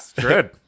good